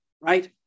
right